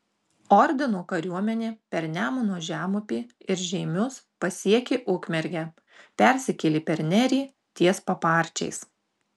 ordino kariuomenė per nemuno žemupį ir žeimius pasiekė ukmergę persikėlė per nerį ties paparčiais